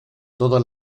toda